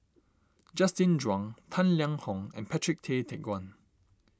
Justin Zhuang Tang Liang Hong and Patrick Tay Teck Guan